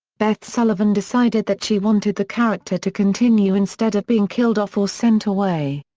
beth sullivan decided that she wanted the character to continue instead of being killed off or sent away.